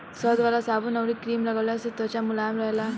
शहद वाला साबुन अउरी क्रीम लगवला से त्वचा मुलायम रहेला